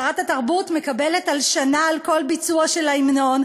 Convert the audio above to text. שרת התרבות מקבלת הלשנה על כל ביצוע של ההמנון,